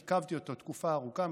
עיכבתי אותו תקופה ארוכה,